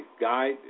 guide